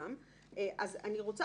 אני רוצה